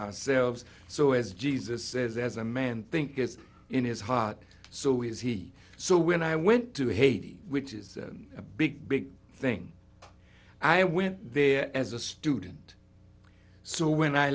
ourselves so as jesus says as a man thinketh in his heart so is he so when i went to haiti which is a big big thing i went there as a student so when i